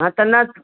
हा कंदा